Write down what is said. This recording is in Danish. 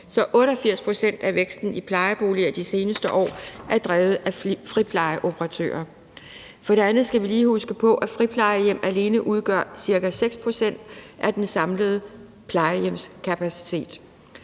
Så 88 pct. af væksten i plejeboliger de seneste år er drevet af frieplejeoperatører. For det andet skal vi lige huske på, at friplejehjem alene udgør ca. 6 pct. af den samlede plejehjemskapacitet.